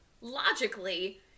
logically